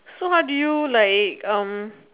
so how do you like um